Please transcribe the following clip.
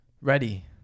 Ready